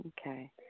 Okay